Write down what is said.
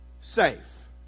safe